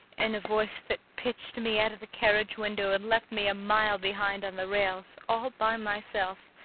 in a voice that pitched me out of the carriage window and left me a mile behind on the rails, all by myself,